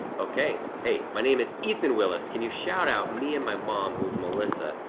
okay, hey, my name is ethan willis. can you shout-out me and my mom who is melissa?